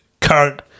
current